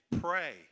pray